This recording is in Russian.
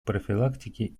профилактики